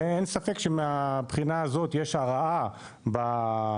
ואין ספק שמהבחינה הזאת יש הרעה למעשה,